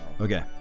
Okay